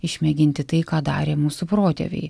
išmėginti tai ką darė mūsų protėviai